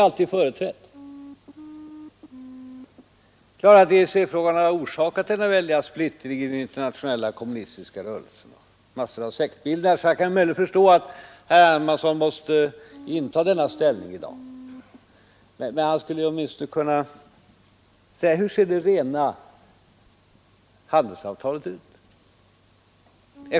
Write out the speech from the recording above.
EEC-frågan har ju orsakat väldig splittring i den internationella kommunistiska rörelsen och medfört massor av sektbildningar. Jag kan därför förstå att herr Hermansson i dag måste inta denna ställning. Men han borde åtminstone svara på frågan: Hur ser det rena handelsavtalet ut?